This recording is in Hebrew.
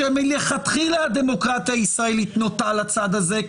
שמלכתחילה הדמוקרטיה הישראלית נוטה לצד הזה.